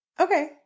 Okay